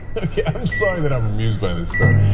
yeah i'm sorry that i'm amused by the story.